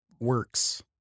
works